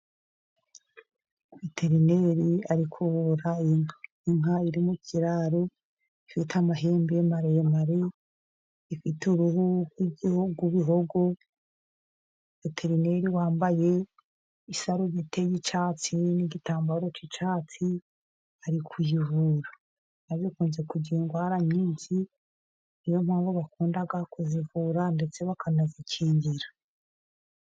Veterineri ari kuvura inka iri mu kiraro, ifite amahembe maremare, ifite uruhu rw'ibihogo, veterineri wambaye isarubiti y'icyatsi n'igitambaro cy'icyatsi, ari kuyivura. Inka zikunze kugira indwara nyinshi, niyo mpamvu bakunda kuzivura, ndetse bakanazikingira.